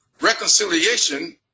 Reconciliation